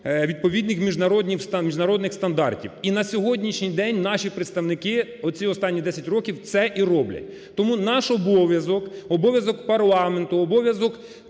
відповідних міжнародних стандартів. І на сьогоднішній день наші представники, оці останні 10 років це і роблять. Тому наш обов'язок, обов'язок парламенту, обов'язок